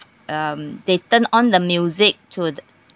um they turn on the music to